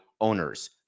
owners